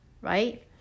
right